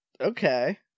Okay